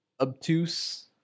obtuse